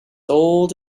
old